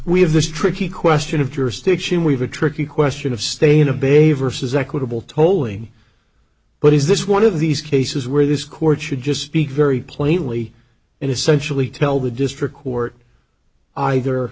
we have this tricky question of jurisdiction we've a tricky question of stay in a big a versus equitable tolling but is this one of these cases where this court should just speak very plainly and essentially tell the district court either